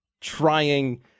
trying